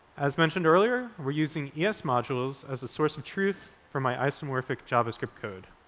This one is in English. as mentioned earlier, we're using es modules as a source of truth for my isomorphic javascript code.